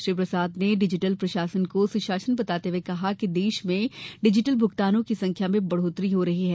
श्री प्रसाद ने डिजिटल प्रशासन को सुशासन बताते हुये कहा कि देश में डिजिटल भुगतानों की संख्या में बढ़त्तोरी हो रही है